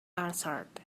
answered